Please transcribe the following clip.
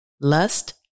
lust